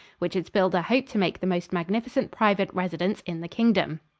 which its builder hoped to make the most magnificent private residence in the kingdom.